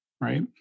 right